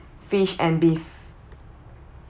fish and beef